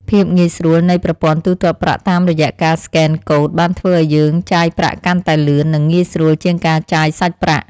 ភាពងាយស្រួលនៃប្រព័ន្ធទូទាត់ប្រាក់តាមរយៈការស្កេនកូដបានធ្វើឱ្យយើងចាយប្រាក់កាន់តែលឿន និងងាយស្រួលជាងការចាយសាច់ប្រាក់។